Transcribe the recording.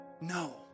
No